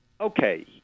Okay